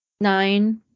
nine